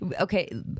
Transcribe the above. okay